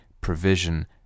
provision